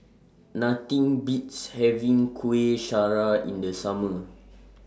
Nothing Beats having Kuih Syara in The Summer